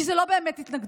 כי זו לא באמת התנגדות.